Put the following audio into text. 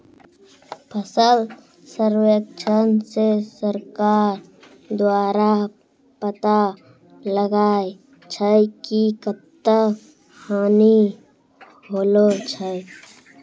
फसल सर्वेक्षण से सरकार द्वारा पाता लगाय छै कि कत्ता हानि होलो छै